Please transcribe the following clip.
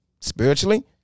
Spiritually